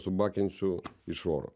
subakinsiu iš oro